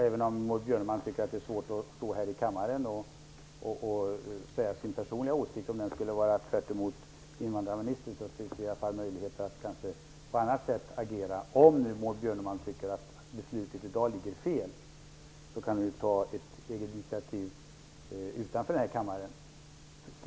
Även om Maud Björnemalm tycker att det är svårt att stå här i kammaren och uttala sin personliga åsikt, om den skulle gå tvärtemot invandrarministerns finns det möjligheter att agera på annat sätt. Om Maud Björnemalm tycker att beslutet i dag ligger fel kan hon ju ta ett eget initiativ utanför den här kammaren.